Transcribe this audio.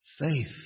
Faith